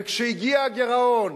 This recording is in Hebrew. וכשהגיע הגירעון,